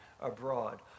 abroad